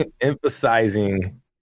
emphasizing